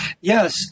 Yes